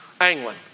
Anglin